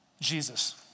Jesus